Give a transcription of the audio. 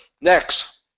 Next